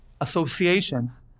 associations